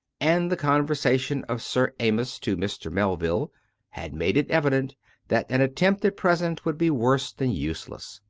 and the conversation of sir amyas to mr. mel ville had made it evident that an attempt at present would be worse than useless.